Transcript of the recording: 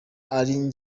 ari